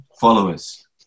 followers